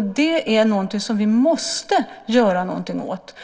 Det måste vi göra någonting åt.